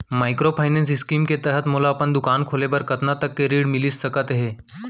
Microfinance scheme के तहत मोला अपन दुकान खोले बर कतना तक के ऋण मिलिस सकत हे?